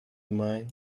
mine